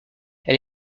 elle